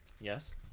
Yes